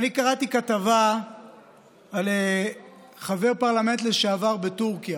אני קראתי כתבה על חבר פרלמנט לשעבר בטורקיה.